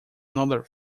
another